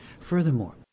Furthermore